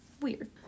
weird